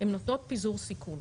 הן נותנות פיזור סיכון,